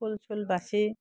ফুল চুল বাচি